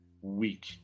week